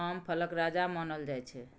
आम फलक राजा मानल जाइ छै